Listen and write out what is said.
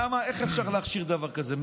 למה, איך אפשר להכשיר דבר כזה?